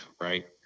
right